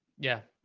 yeah.